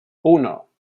uno